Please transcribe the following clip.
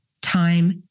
time